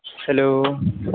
hello